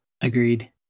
agreed